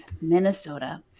Minnesota